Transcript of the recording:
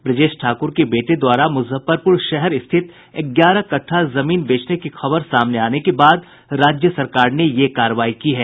ब्रजेश ठाकुर के बेटे द्वारा मुजफ्फरपुर शहर स्थित ग्यारह कट्ठा जमीन बेचने की खबर सामने आने के बाद राज्य सरकार ने ये कार्रवाई की है